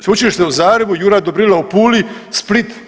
Sveučilište u Zagrebu Juraj Dobrila u Puli, Split.